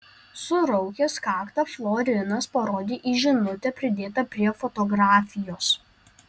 suraukęs kaktą florinas parodė į žinutę pridėtą prie fotografijos